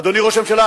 אדוני ראש הממשלה,